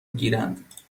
گیرند